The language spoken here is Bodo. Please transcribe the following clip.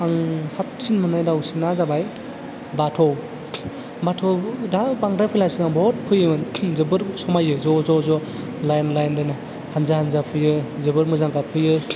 आं साबसिन मोननाय दाउसिना जाबाय बाथ' बाथ'वाबो दा बांद्राय फैला सिगाङाव बुहुत फैयोमोन जोबोर समायो ज' ज' ज' लाइन लाइन लाइन हान्जा हान्जा फैयो जोबोर मोजां गाबफैयो